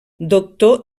doctor